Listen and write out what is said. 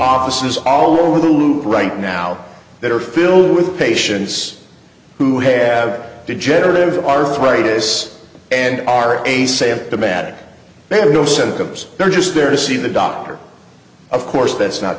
offices all over the loop right now that are filled with patients who have degenerative arthritis and are a say in the matter they have no symptoms they're just there to see the doctor of course that's not